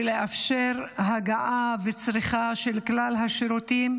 ולאפשר הגעה וצריכה של כלל השירותים,